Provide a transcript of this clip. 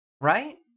right